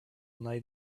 night